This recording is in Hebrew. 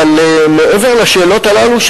מעבר לשאלות הללו,